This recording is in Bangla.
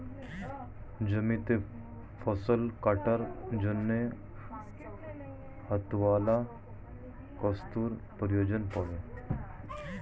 জমিতে ফসল কাটার জন্য হাতওয়ালা কাস্তের প্রয়োজন পড়ে